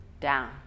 down